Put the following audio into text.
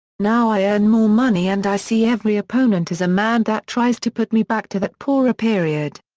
now i earn more money and i see every opponent as a man that tries to put me back to that poorer period.